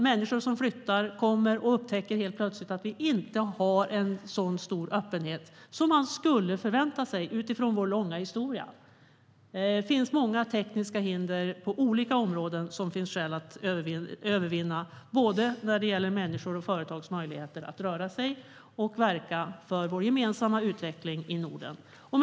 Människor flyttar och upptäcker plötsligt att vi inte har sådan stor öppenhet som man skulle kunna förvänta sig, utifrån vår långa historia. Det finns många tekniska hinder på olika områden som det finns skäl att övervinna, både när det gäller människors och företags möjligheter att röra sig i och verka för vår gemensamma utveckling i Norden. Herr talman!